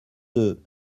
deux